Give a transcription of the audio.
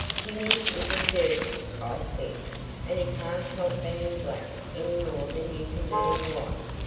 jimmy isn't dirty, i said and he can't help being black any more than you can being white.